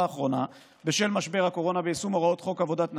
האחרונה בשל משבר הקורונה ויישום הוראות חוק עבודת נשים,